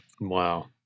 wow